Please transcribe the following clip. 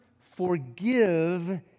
forgive